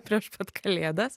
prieš pat kalėdas